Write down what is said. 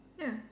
ya